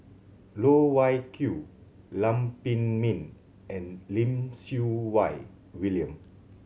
Loh Wai Kiew Lam Pin Min and Lim Siew Wai William